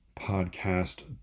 podcast